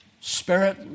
spirit